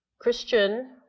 Christian